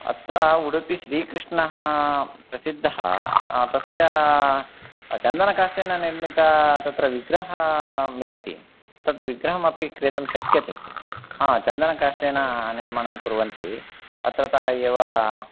अत्र उडुपि श्रीकृष्णः प्रसिद्धः तस्य चन्दनकाष्ठेन निर्मितः तत्र विग्रहः मिलति तद् विग्रहमपि क्रेतुं शक्यते हा चन्दनकाष्ठेन निर्माणं कुर्वन्ति अत्रतः एव